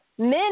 men